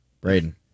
Braden